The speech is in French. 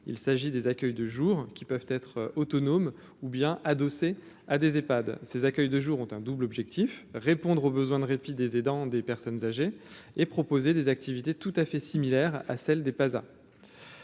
il s'agit des accueils de jour qui peuvent être autonome, ou bien adossés à des Epad ces accueils de jour ont un double objectif : répondre aux besoins de répit des aidants, des personnes âgées et proposer des activités tout à fait similaire à celle des pas